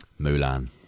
Mulan